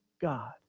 God